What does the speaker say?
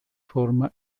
forma